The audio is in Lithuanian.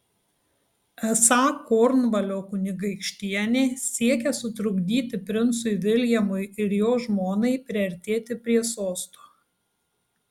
esą kornvalio kunigaikštienė siekia sutrukdyti princui viljamui ir jo žmonai priartėti prie sosto